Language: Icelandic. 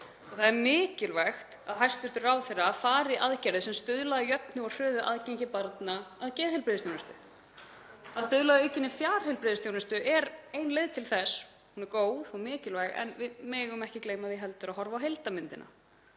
það er mikilvægt að hæstv. ráðherra fari í aðgerðir sem stuðla að jöfnu og hröðu aðgengi barna að geðheilbrigðisþjónustu. Að stuðla að aukinni fjarheilbrigðisþjónustu er ein leið til þess. Hún er góð og mikilvæg. En við megum ekki gleyma því heldur að horfa á heildarmyndina.